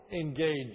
engage